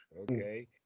okay